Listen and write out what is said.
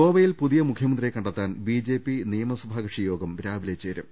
ഗോവയിൽ പുതിയ മുഖ്യമന്ത്രിയെ കണ്ടെത്താൻ ബിജെപി നിയ മസഭാ കക്ഷി യോഗം രാവിലെ ചേരും